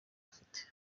afite